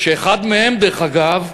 דרך אגב,